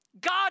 God